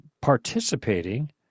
participating